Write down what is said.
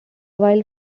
while